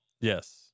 Yes